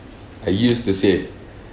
I used to save